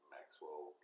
Maxwell